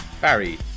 Barry